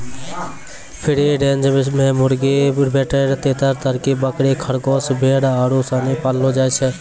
free range मे मुर्गी, बटेर, तीतर, तरकी, बकरी, खरगोस, भेड़ आरु सनी पाललो जाय छै